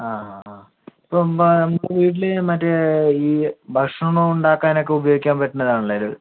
ആ ആ ആ ഇപ്പം വീട്ടില് മറ്റെ ഈ ഭക്ഷണം ഉണ്ടാക്കാൻ ഒക്ക ഉപയോഗിക്കാൻ പറ്റുന്നത് ആണല്ലെ ഇത്